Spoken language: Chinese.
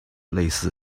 类似